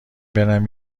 برم